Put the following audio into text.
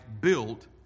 built